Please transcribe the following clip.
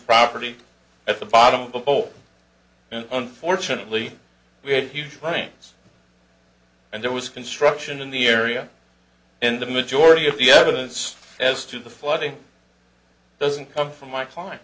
property at the bottom of a hole and unfortunately we had a huge planes and there was construction in the area and the majority of the evidence as to the flooding doesn't come from my client